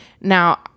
Now